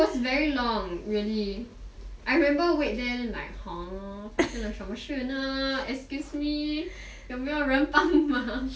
it was very long really I remember wait there like !huh! 发生了什么事呢 excuse me 有没有人帮忙